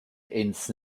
ins